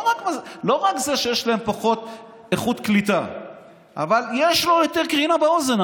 לא רק שיש להם פחות איכות קליטה אלא יש להם יותר קרינה באוזן.